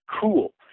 cool